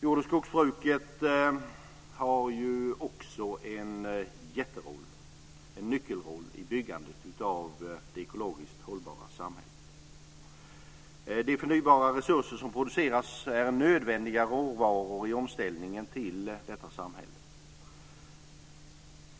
Jord och skogsbruket har också en jätteroll, en nyckelroll, i byggandet av det ekologiskt hållbara samhället. De förnybara resurser som produceras är nödvändiga råvaror i omställningen till detta samhälle.